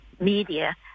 media